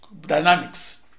dynamics